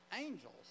angels